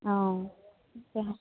অ তাকেহে